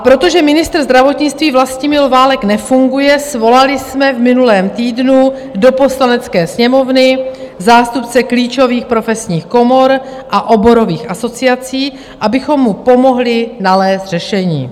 Protože ministr zdravotnictví Vlastimil Válek nefunguje, svolali jsme v minulém týdnu do Poslanecké sněmovny zástupce klíčových profesních komor a oborových asociací, abychom mu pomohli nalézt řešení.